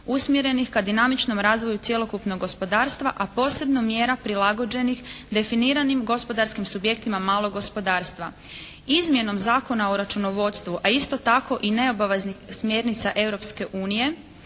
usmjerenih ka dinamičnom razvoju cjelokupnog gospodarstva, a posebno mjera prilagođenih definiranim gospodarskim subjektima malog gospodarstva. Izmjenom Zakona o računovodstvu, a isto tako i neobaveznih smjernica